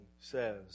says